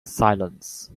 silence